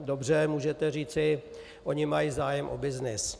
Dobře, můžete říci, oni mají zájem o byznys.